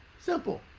Simple